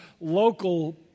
local